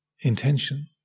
intention